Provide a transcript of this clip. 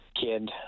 kid